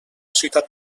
ciutat